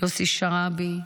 יוסי שרעבי,